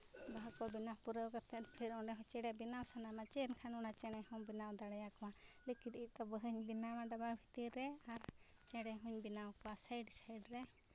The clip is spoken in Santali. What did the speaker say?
ᱵᱟᱦᱟ ᱠᱚ ᱵᱮᱱᱟᱣ ᱯᱩᱨᱟᱹᱣ ᱠᱟᱛᱮᱫ ᱯᱷᱤᱨ ᱚᱸᱰᱮ ᱪᱮᱬᱮ ᱵᱮᱱᱟᱣ ᱥᱟᱱᱟᱢᱟ ᱪᱮᱫ ᱮᱱᱠᱷᱟᱱ ᱚᱱᱟ ᱪᱮᱬᱮ ᱦᱚᱸᱢ ᱵᱮᱱᱟᱣ ᱫᱟᱲᱮᱭᱟᱠᱚᱣᱟ ᱞᱤᱠᱤᱫ ᱞᱤᱠᱤᱫ ᱵᱟᱦᱟ ᱵᱮᱱᱟᱣᱟ ᱵᱤ ᱵᱟᱦᱟ ᱠᱨᱚ ᱵᱮᱱᱟᱣ ᱯᱩᱨᱟᱹᱣ ᱠᱟᱛᱮᱫ ᱯᱷᱤᱨ ᱚᱸᱰᱮ ᱦᱚᱸ ᱪᱮᱬᱮ ᱵᱮᱱᱟᱣ ᱥᱟᱱᱟᱢᱟ ᱪᱮᱫ ᱮᱱᱠᱷᱟᱱ ᱚᱱᱟ ᱪᱮᱬᱮ ᱦᱚᱸᱢ ᱵᱮᱱᱟᱣ ᱫᱟᱲᱮᱭᱟᱠᱚᱣᱟ ᱞᱤᱠᱤᱱ ᱤᱧ ᱫᱚ ᱵᱟᱦᱟᱧ ᱵᱮᱱᱟᱣᱟ ᱞᱟᱹᱠᱛᱤ ᱨᱮ ᱟᱨ ᱪᱮᱬᱮ ᱦᱩᱧ ᱵᱮᱱᱟᱣ ᱠᱚᱣᱟ ᱥᱟᱭᱤᱰᱼᱥᱟᱭᱤᱰ ᱨᱮ